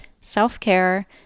self-care